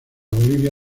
bolivia